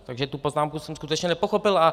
Takže tu poznámku jsem skutečně nepochopil.